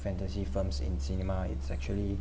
fantasy firms in cinema it's actually